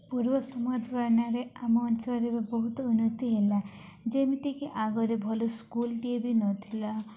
ପୂର୍ବ ସମୟ ତୁଳନାରେ ଆମ ଅଞ୍ଚଳରେ ବହୁତ ଉନ୍ନତି ହେଲା ଯେମିତିକି ଆଗରେ ଭଲ ସ୍କୁଲ୍ଟିିଏ ବି ନଥିଲା